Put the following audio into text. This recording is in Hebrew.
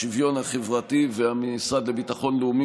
השוויון החברתי והמשרד לביטחון לאומי,